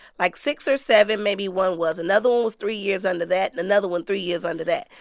like, six or seven maybe one was. another one was three years under that and another one three years under that